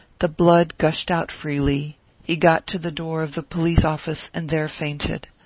the blood gushed out freely he got to the door of the police-office and there fainted.